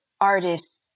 artists